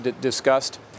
discussed